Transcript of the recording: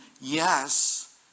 yes